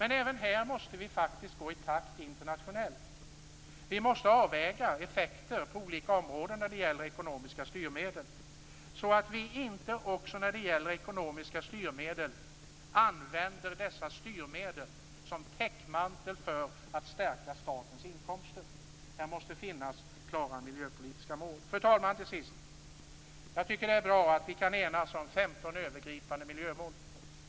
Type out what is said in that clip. Även här måste vi gå i takt internationellt. Vi måste avväga effekter av ekonomiska styrmedel på olika områden, så att vi inte använder dem som täckmantel för att stärka statens inkomster. Det måste finnas klara miljöpolitiska mål. Fru talman! Det är bra att vi kan enas om 15 övergripande miljömål.